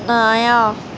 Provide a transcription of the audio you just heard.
بایاں